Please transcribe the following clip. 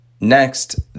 Next